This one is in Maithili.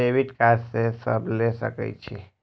डेबिट कार्ड के सब ले सके छै?